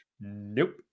nope